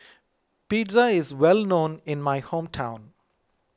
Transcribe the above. Pizza is well known in my hometown